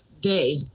day